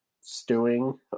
stewing